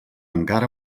encara